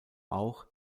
auch